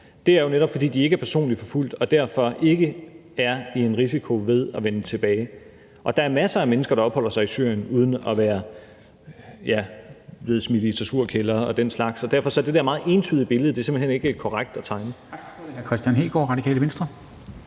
Det er jo netop, fordi de ikke er personligt forfulgt og derfor ikke er i en risiko ved at vende tilbage. Der er masser af mennesker, der opholder sig i Syrien uden at være blevet, ja, smidt i torturkældre og den slags. Så derfor er det der meget entydige billede simpelt hen ikke korrekt at tegne.